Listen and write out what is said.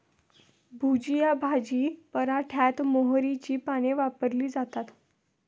भुजिया भाजी पराठ्यात मोहरीची पाने वापरली जातात